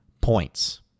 points